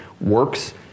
works